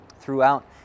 Throughout